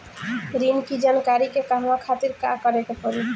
ऋण की जानकारी के कहवा खातिर का करे के पड़ी?